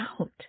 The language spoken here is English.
out